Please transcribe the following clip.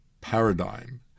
paradigm